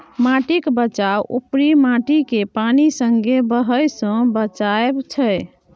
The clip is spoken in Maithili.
माटिक बचाउ उपरी माटिकेँ पानि संगे बहय सँ बचाएब छै